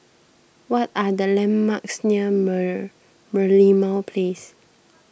what are the landmarks near Merlimau Place